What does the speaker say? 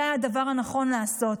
זה היה הדבר הנכון לעשות,